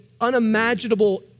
unimaginable